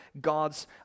God's